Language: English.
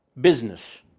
business